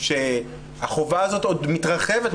שהחובה הזאת עוד מתרחבת,